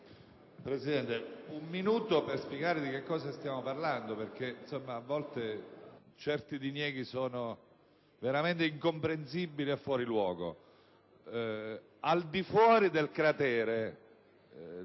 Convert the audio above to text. pochi minuti per spiegare di cosa stiamo parlando, poiche´ a volte certi dinieghi sono veramente incomprensibili e fuori luogo.